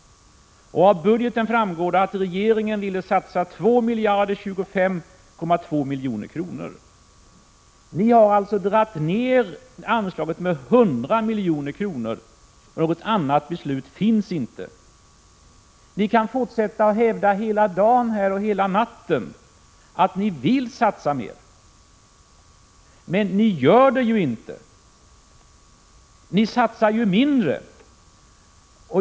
Och av budgeten framgår det att regeringen ville satsa 2 025,2 milj.kr. Ni har alltså dragit ned anslaget med 100 milj.kr., och något annat beslut finns inte. Ni kan fortsätta att hävda hela dagen och hela natten att ni vill satsa mer, men ni gör det inte — ni satsar ju mindre.